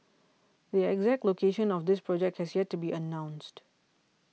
the exact location of the project has yet to be announced